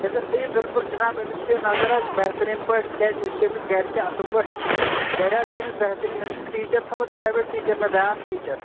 أمِس تھٲیِو بِلکُل جِناب أمِس تھٲیِو نظر حظ بہتریٖن پٲٹھۍ کیٛازِ أسۍ چھِ أمِس گرِ تہِ اَصٕل پٲٹھۍ گَرِ حظ چھِ أمِس بہتریٖن أمِس چھُ ٹیٖچَر تھوٚمُت پرٛیوٮ۪ٹ ٹیٖچَر مےٚ بیٛاکھ ٹیٖچَر